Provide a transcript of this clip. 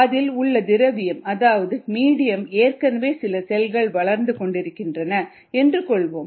அதில் உள்ள திரவியம் அதாவது மீடியமில் ஏற்கனவே சில செல்கள் வளர்ந்து கொண்டிருக்கின்றன எனக் கொள்வோம்